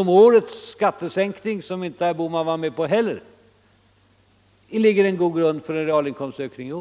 om en skattesänkning, som herr Bohman inte heller var med om, utgör en god grund för en realinkomstökning.